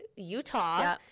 Utah